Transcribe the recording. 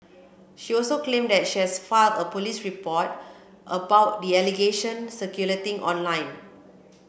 she also claimed that she has filed a police report about the allegation circulating online